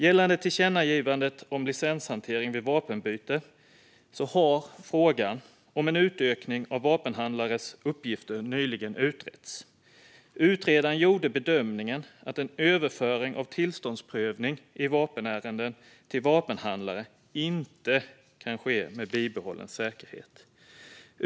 Gällande tillkännagivandet om licenshantering vid vapenbyte har frågan om en utökning av vapenhandlares uppgifter nyligen utretts. Utredaren gjorde bedömningen att en överföring av tillståndsprövning i vapenärenden till vapenhandlare inte kan ske med bibehållen säkerhet.